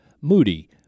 moody